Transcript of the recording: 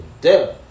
death